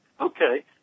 Okay